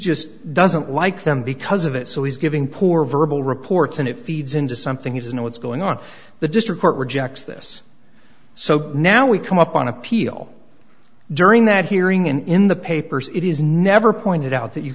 just doesn't like them because of it so he's giving poor verbal reports and it feeds into something he does know what's going on the district court rejects this so now we come up on appeal during that hearing and in the papers it is never pointed out that you